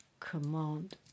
Command